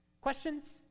Questions